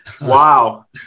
Wow